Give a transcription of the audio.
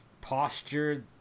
posture